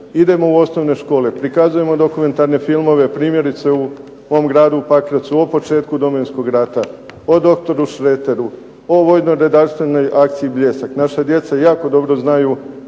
idemo u osnovne škole, prikazujemo dokumentarne filmove, primjerice u mom gradu, o početku Domovinskog rata, o doktoru Šreteru, o vojno-redarstvenoj akciji "Bljesak". Naša djeca jako dobro znaju